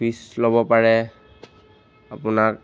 fish ল'ব পাৰে আপোনাক